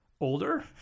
older